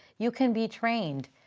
you can be trained.